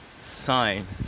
sign